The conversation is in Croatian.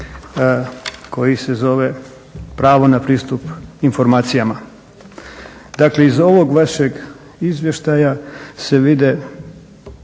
koji se zove pravo na pristup informacijama. Dakle, iz ovog vašeg izvještaja se vide